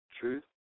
truth